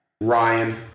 Ryan